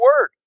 Word